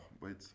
Wait